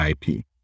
IP